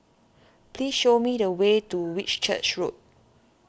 please show me the way to Whitchurch Road